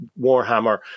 Warhammer